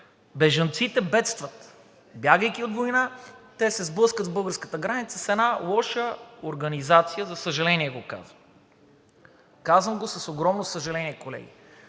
бежанците бедстват. Бягайки от война, те се сблъскват на българската граница с една лоша организация, със съжаление го казвам. Казвам го с огромно съжаление, колеги.